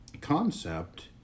concept